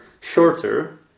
shorter